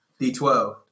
D12